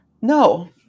No